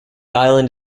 island